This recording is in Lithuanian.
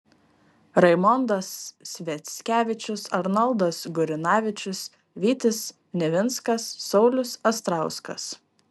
raimondas sviackevičius arnoldas gurinavičius vytis nivinskas saulius astrauskas